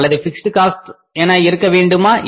அல்லது fixed cost ஆக இருக்க வேண்டுமா